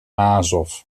azov